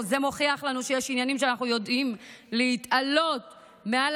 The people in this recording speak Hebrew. זה מוכיח לנו שיש עניינים שאנחנו יודעים להתעלות מעל